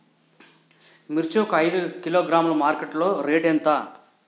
మిర్చి ఒక ఐదు కిలోగ్రాముల మార్కెట్ లో రేటు ఎంత?